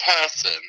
person